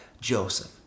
Joseph